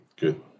Good